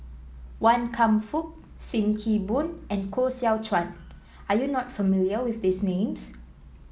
Wan Kam Fook Sim Kee Boon and Koh Seow Chuan are you not familiar with these names